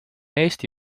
eesti